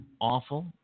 awful